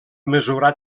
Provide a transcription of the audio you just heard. mesurar